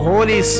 Holy